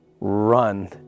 run